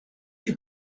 you